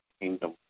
kingdom